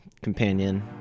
companion